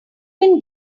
can